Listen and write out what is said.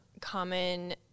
common